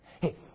Hey